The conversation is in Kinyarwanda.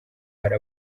hari